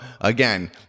again